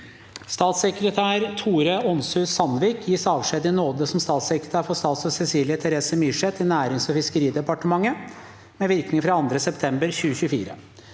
Statssekretær Tore Onshuus Sandvik gis avskjed i nåde som statssekretær for statsråd Cecilie Terese Myrseth i Nærings- og fiskeridepartementet med virkning fra 2. september 2024.